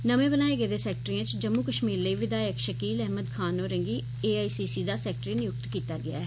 नमें बनाए गेदे सैक्रेटिएं च जम्मू कश्मीर लेई विधायक शकील अहमद खान होरें गी एआईसीसी दा सैक्रेटरी नियुक्त कीता गेआ ऐ